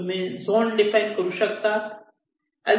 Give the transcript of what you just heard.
तुम्ही zone define करू शकतात